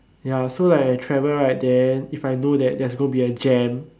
ya so like I travel right then if I know that there's gonna be a jam